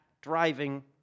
driving